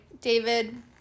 David